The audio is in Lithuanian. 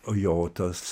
o jo tas